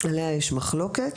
עליה יש מחלוקת.